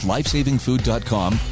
LifesavingFood.com